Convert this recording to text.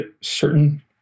certain